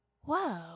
whoa